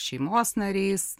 šeimos nariais